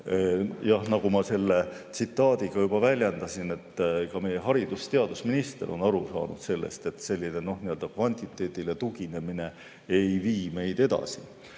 jah, nagu ma selle tsitaadiga juba väljendasin, et ka meie haridus- ja teadusminister on aru saanud sellest, et kvantiteedile tuginemine ei vii meid edasi. Nüüd,